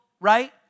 right